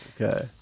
Okay